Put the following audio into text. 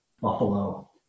Buffalo